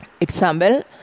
Example